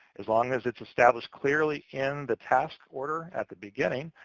as long as it's establish clearly in the task order at the beginning,